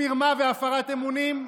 מרמה והפרת אמונים?